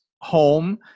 home